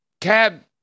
cab